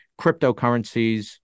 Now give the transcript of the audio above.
cryptocurrencies